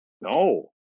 no